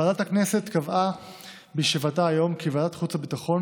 ועדת הכנסת קבעה בישיבתה היום כי ועדת החוץ והביטחון